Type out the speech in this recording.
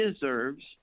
deserves –